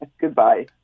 Goodbye